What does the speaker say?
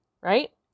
Right